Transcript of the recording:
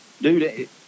dude